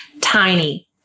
tiny